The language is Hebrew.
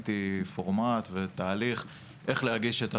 בניתי פורמט ותהליך איך להגיש את התלונה.